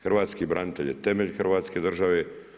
Hrvatski branitelj je temelj hrvatske države.